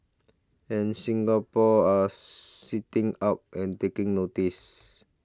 and Singapore are sitting up and taking notice